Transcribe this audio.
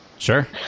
Sure